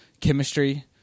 chemistry